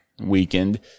weekend